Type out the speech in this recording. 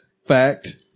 Fact